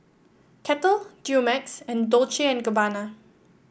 Kettle Dumex and Dolce and Gabbana